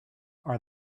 are